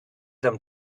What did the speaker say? them